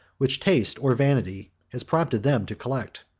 which taste or vanity has prompted them to collect.